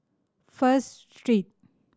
First Street